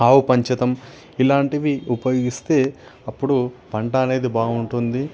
ఆవు పంచతం ఇలాంటివి ఉపయోగిస్తే అప్పుడు పంట అనేది బాగుంటుంది